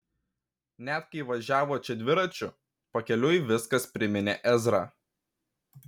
net kai važiavo čia dviračiu pakeliui viskas priminė ezrą